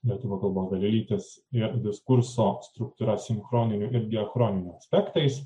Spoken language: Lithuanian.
lietuvių kalbos dalelytės ir diskurso struktūra sinchroniniu ir diachroniniu aspektais